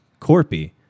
Corpy